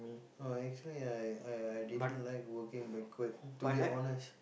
no actually I I I didn't like working banquet to be honest